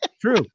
True